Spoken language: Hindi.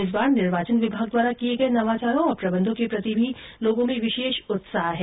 इस बार निर्वाचन विभाग द्वारा किए गए नवाचारों और प्रबन्धों के प्रति भी लोगों में विशेष उत्साह है